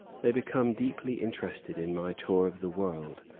they become deeply interested in my tour of the world,